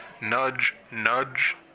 nudge-nudge